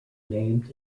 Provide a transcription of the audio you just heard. named